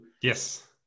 Yes